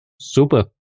Super